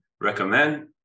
recommend